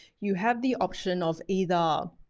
you have the option of either